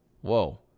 Whoa